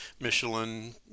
Michelin